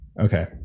Okay